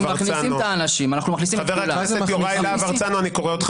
אני קורא אותך